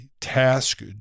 task